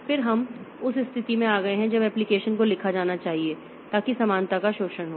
फिर हम उस स्थिति में आ गए हैं जब एप्लीकेशन को लिखा जाना चाहिए ताकि समानता का शोषण हो